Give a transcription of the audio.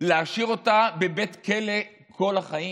להשאיר אותה בבית כלא כל החיים?